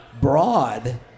broad